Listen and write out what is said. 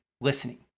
listening